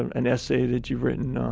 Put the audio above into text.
an essay that you've written, ah,